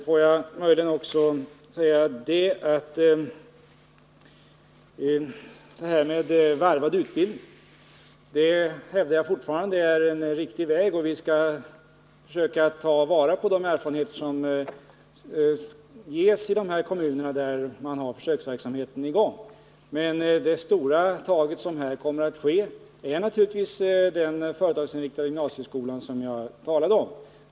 Får jag möjligen också säga att detta med varvad utbildning hävdar jag fortfarande är en riktig väg, och vi skall ju försöka ta vara på de erfarenheter som ges i dessa kommuner, där man har försöksverksamheten i gång. Men det stora tag som här kommer att tas är naturligtvis införandet av den företagsinriktade gymnasieskolan, som jag talade om.